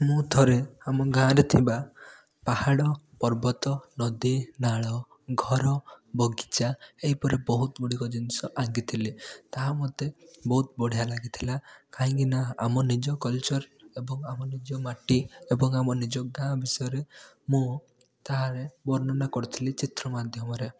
ମୁଁ ଥରେ ଆମ ଗାଁରେ ଥିବା ପାହାଡ଼ ପର୍ବତ ନଦୀ ନାଳ ଘର ବଗିଚା ଏହିପରି ବହୁତ ଗୁଡ଼ିକ ଜିନିଷ ଆଙ୍କିଥିଲି ତାହା ମୋତେ ବହୁତ ବଢ଼ିଆ ଲାଗିଥିଲା କାହିଁକିନା ଆମ ନିଜ କଲଚର୍ ଏବଂ ଆମ ନିଜ ମାଟି ଏବଂ ଆମ ନିଜ ଗାଁ ବିଷୟରେ ମୁଁ ତାହା ବର୍ଣ୍ଣନା କରିଥିଲି ଚିତ୍ର ମାଧ୍ୟମରେ